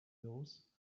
those